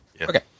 Okay